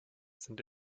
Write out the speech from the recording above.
sind